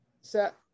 set